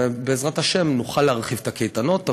בעזרת השם נוכל להרחיב את הקייטנות,